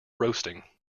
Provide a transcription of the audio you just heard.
roasting